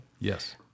Yes